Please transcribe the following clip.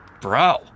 Bro